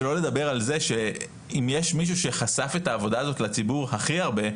שלא לדבר על זה שאם יש מישהו שחשף את העבודה הזאת לציבור הכי הרבה,